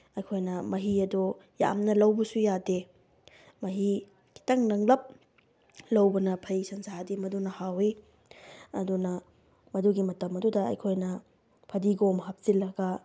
ꯑꯩꯈꯣꯏꯅ ꯃꯍꯤ ꯑꯗꯣ ꯌꯥꯝꯅ ꯂꯧꯕꯁꯨ ꯌꯥꯗꯦ ꯃꯍꯤ ꯈꯤꯇꯪ ꯅꯪꯂꯞ ꯂꯧꯕꯅ ꯐꯩ ꯁꯟꯁꯥꯗꯤ ꯃꯗꯨꯅ ꯍꯥꯎꯏ ꯑꯗꯨꯅ ꯃꯗꯨꯒꯤ ꯃꯇꯝ ꯑꯗꯨꯗ ꯑꯩꯈꯣꯏꯅ ꯐꯗꯤꯒꯣꯝ ꯍꯥꯞꯆꯤꯜꯂꯒ